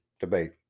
debate